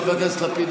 חבר הכנסת לפיד,